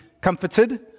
comforted